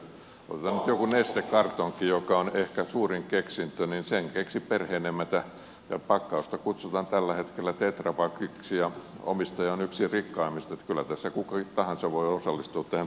otetaan nyt joku nestekartonki joka on ehkä suurin keksintö sen keksi perheenemäntä ja pakkausta kutsutaan tällä hetkellä tetra pakiksi ja omistaja on yksi rikkaimmista joten kyllä tässä kuka tahansakin voi osallistua tähän tuotekehitykseen